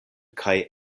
kaj